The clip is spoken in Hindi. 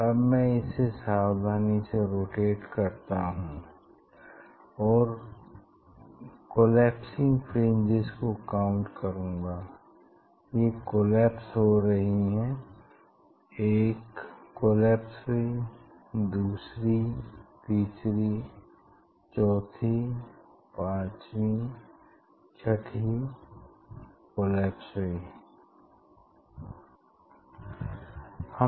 अब मैं इसे सावधानी से रोटेट करता हूँ और कोलेप्सिंग फ्रिंजेस को काउंट करूँगा ये कोलैप्स हो रही हैं एक कोलैप्स हुई दूसरी तीसरी चौथी पांचवी छठी कोलैप्स हुई